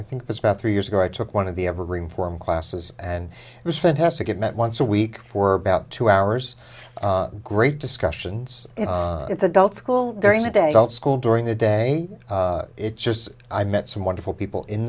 i think it was about three years ago i took one of the evergreen form classes and it was fantastic it met once a week for about two hours great discussions in its adult school during the day out school during the day it just i met some wonderful people in